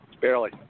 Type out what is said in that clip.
Barely